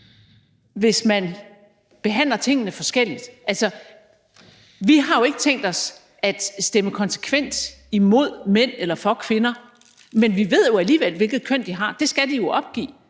hvis man behandler tingene forskelligt? Altså, vi har jo ikke tænkt os at stemme konsekvent imod mænd eller for kvinder, men vi ved jo alligevel, hvilket køn de har. Det skal de jo opgive.